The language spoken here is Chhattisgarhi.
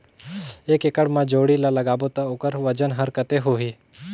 एक एकड़ मा जोणी ला लगाबो ता ओकर वजन हर कते होही?